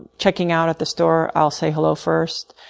checking out at the store, i'll say hello first.